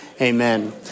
amen